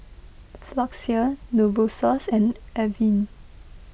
Floxia Novosource and Avene